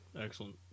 Excellent